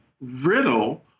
riddle